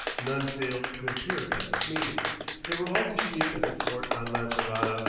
none failed to appear at this meeting they were all received at the fort on lancerota,